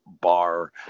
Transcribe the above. bar